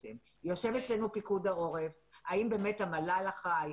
יושב אצלנו פיקוד העורף האם באמת המל"ל אחראי,